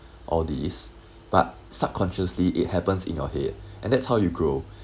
all these but subconsciously it happens in your head and that's how you grow